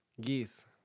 Geese